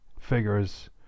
figures